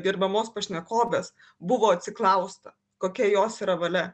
gerbiamos pašnekovės buvo atsiklausta kokia jos yra valia